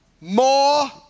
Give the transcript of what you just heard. more